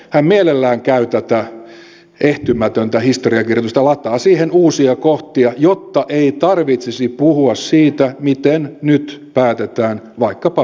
hän mielellään käy tätä ehtymätöntä historiankirjoitusta läpi ja lataa siihen uusia kohtia jotta ei tarvitsisi puhua siitä miten nyt päätetään vaikkapa pääomaveroista